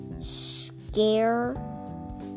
scare